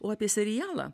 o apie serialą